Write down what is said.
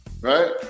right